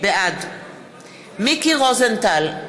בעד מיקי רוזנטל,